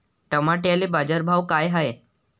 टमाट्याले बाजारभाव काय हाय?